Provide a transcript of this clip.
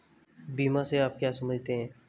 बीमा से आप क्या समझते हैं?